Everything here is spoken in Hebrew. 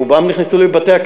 רובם נכנסו לבתי-הכלא.